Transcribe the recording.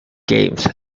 games